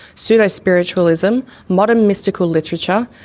pseudo-spiritualism, modern mystical literature,